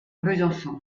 besançon